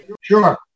Sure